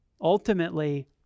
ultimately